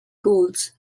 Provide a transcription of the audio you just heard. goals